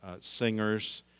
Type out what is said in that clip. singers